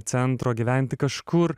centro gyventi kažkur